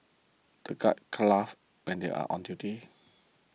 the guards can't laugh when they are on duty